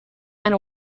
and